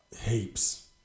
heaps